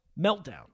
Meltdown